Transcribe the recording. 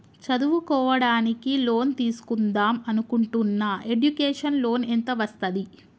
చదువుకోవడానికి లోన్ తీస్కుందాం అనుకుంటున్నా ఎడ్యుకేషన్ లోన్ ఎంత వస్తది?